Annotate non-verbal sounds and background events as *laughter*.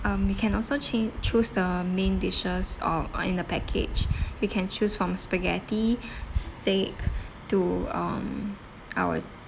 um you can also change choose the main dishes or uh in the package *breath* you can choose from spaghetti *breath* steak to um our